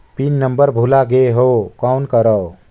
Pin number भुला गयें हो कौन करव?